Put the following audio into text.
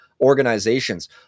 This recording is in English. organizations